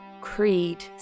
Creed